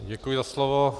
Děkuji za slovo.